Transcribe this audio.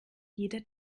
jeder